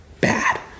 bad